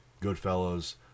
Goodfellas